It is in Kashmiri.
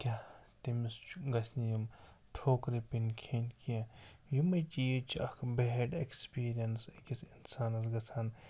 کیٛاہ تٔمِس چھُ گَژھِ نہٕ یِم ٹھوکرٕ پیٚن کھیٚنۍ کینٛہہ یِمَے چیٖز چھِ اکھ بیڈ ایٚکسپیٖریَنس أکِس اِنسانَس گَژھان